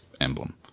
emblem